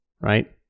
right